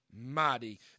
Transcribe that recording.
mighty